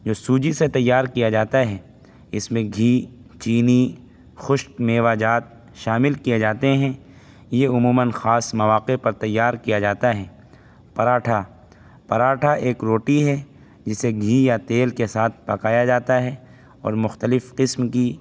جو سوجی سے تیار کیا جاتا ہے اس میں گھی چینی خشک میوہ جات شامل کیے جاتے ہیں یہ عموماً خاص مواقع پر تیار کیا جاتا ہے پراٹھا پراٹھا ایک روٹی ہے جسے گھی یا تیل کے ساتھ پکایا جاتا ہے اور مختلف قسم کی